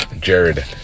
Jared